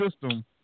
system